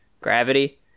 Gravity